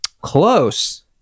Close